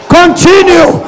continue